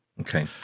Okay